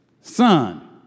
son